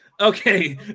Okay